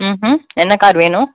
ம்ஹூ என்ன கார் வேணும்